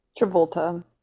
Travolta